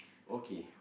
okay